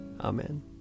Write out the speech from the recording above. Amen